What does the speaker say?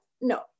No